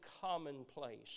commonplace